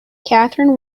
catherine